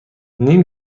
نیم